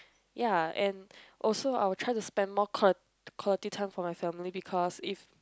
ya and also I will try to spend more qua~ quality time for my family because if